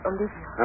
Olivia